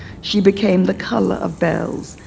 she became the color of bells.